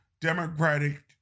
Democratic